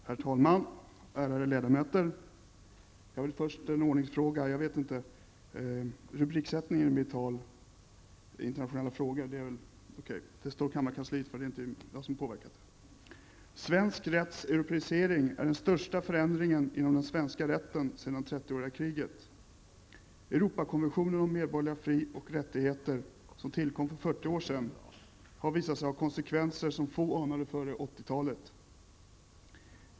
Herr talman, ärade ledamöter! Jag vill först beröra en ordningsfråga. Rubriksättningen för mitt tal, Internationella frågor, står kammarkansliet för. Jag har inte påverkat placeringen under den rubriken. Svensk rätts europeisering är den största förändringen inom den svenska rätten sedan 30 40 år sedan, har visat sig ha konsekvenser som få anade före 80-talet.